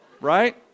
Right